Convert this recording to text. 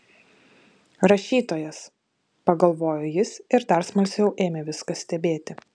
rašytojas pagalvojo jis ir dar smalsiau ėmė viską stebėti